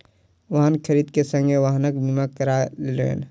वाहन खरीद के संगे वाहनक बीमा करा लेलैन